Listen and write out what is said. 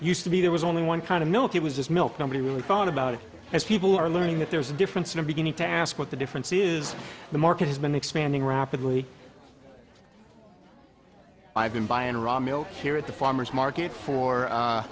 used to be there was only one kind of milk it was just milk nobody really thought about it as people are learning that there's a difference and i'm beginning to ask what the difference is the market has been expanding rapidly i've been buying raw milk here at the farmers market for